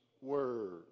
word